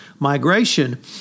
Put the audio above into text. Migration